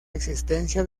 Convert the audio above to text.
existencia